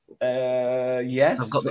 yes